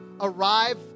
arrive